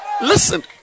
Listen